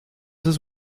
his